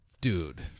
dude